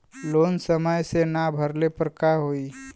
Loan समय से ना भरले पर का होयी?